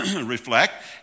reflect